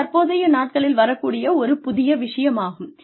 இது தற்போதைய நாட்களில் வரக் கூடிய ஒரு புதிய விஷயமாகும்